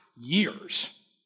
years